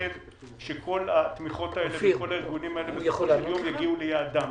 שכל התמיכות האלה בכל הארגונים האלה בסופו של יום יגיעו ליעדן.